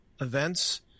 events